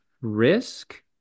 risk